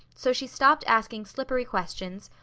so she stopped asking slippery questions,